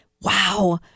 wow